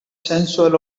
sensual